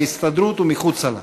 בהסתדרות ומחוצה לה.